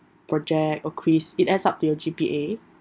project or quiz it adds up to your G_P_A